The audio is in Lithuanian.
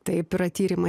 taip yra tyrimai